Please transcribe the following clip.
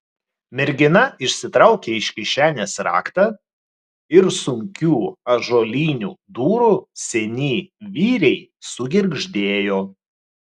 mergina išsitraukė iš kišenės raktą ir sunkių ąžuolinių durų seni vyriai sugirgždėjo